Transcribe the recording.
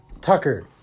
Tucker